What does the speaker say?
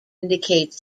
indicates